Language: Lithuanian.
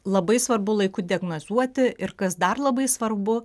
labai svarbu laiku diagnozuoti ir kas dar labai svarbu